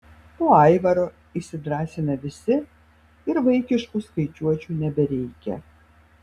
po aivaro įsidrąsina visi ir vaikiškų skaičiuočių nebereikia